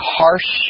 harsh